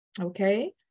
Okay